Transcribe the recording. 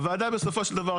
הוועדה בסופו של דבר,